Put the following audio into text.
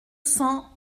cents